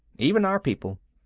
even our people.